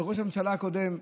על ראש הממשלה הקודם.